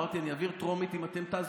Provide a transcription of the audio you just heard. אני אמרתי שאני אעביר בטרומית אם אתם תעזרו,